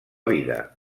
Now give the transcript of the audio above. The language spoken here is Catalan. vida